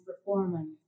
performance